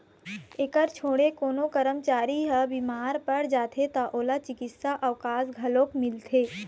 एखर छोड़े कोनो करमचारी ह बिमार पर जाथे त ओला चिकित्सा अवकास घलोक मिलथे